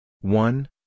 one